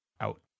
out